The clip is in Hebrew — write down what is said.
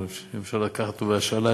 או אם אפשר לקחת בהשאלה,